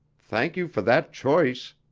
thank you for that choice!